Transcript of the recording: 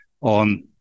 on